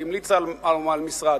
היא המליצה על משרד.